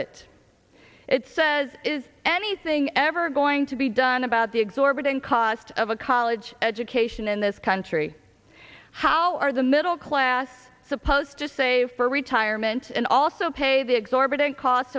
it it says is anything ever going to be done about the exorbitant cost of a college education in this country how are the middle class supposed to save for retirement and also pay the exorbitant cost